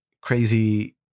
crazy